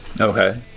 Okay